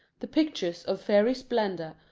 the pictures of fairy splendor,